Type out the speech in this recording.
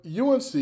UNC